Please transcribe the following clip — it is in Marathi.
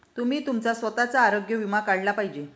तुम्ही तुमचा स्वतःचा आरोग्य विमा काढला पाहिजे